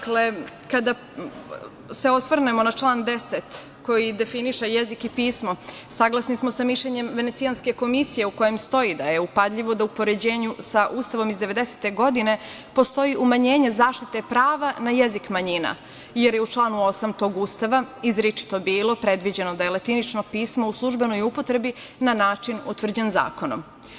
Kada se osvrnemo na član 10, koji definiše jezik i pismo, saglasni smo sa mišljenjem Venecijanske komisije, u kojem stoji da je upadljivo da u poređenju sa Ustavom iz 1990. godine postoji umanjenje zaštite prava na jezik manjina, jer je u članu 8. tog Ustava izričito bilo predviđeno da je latinično pismo u službenoj upotrebi na način utvrđen zakonom.